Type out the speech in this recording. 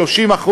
30%,